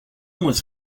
was